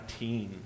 19